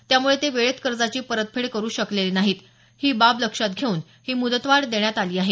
त्यामुळे ते वेळेत कर्जाची परतफेड करू शकलेले नाहीत ही बाब लक्षात घेऊन ही मुदतवाढ देण्यात आली आहे